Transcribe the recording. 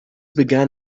began